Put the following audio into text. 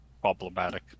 problematic